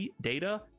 data